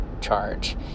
charge